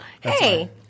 Hey